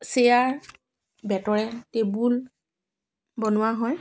chair বেতৰে table বনোৱা হয়